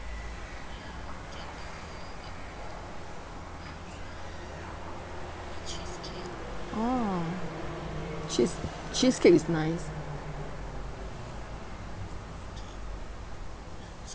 oh cheese cheesecake is nice